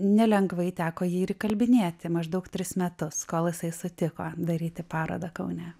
nelengvai teko jį ir įkalbinėti maždaug tris metus kol jisai sutiko daryti parodą kaune